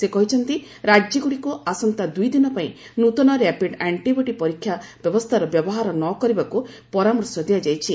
ସେ କହିଛନ୍ତି ରାଜ୍ୟଗୁଡ଼ିକୁ ଆସନ୍ତା ଦୁଇ ଦିନ ପାଇଁ ନୃତନ ର୍ୟାପିଡ୍ ଆଷ୍ଟିବଡି ପରୀକ୍ଷା ବ୍ୟବସ୍ଥାର ବ୍ୟବହାର ନ କରିବାକୁ ପରାମର୍ଶ ଦିଆଯାଇଛି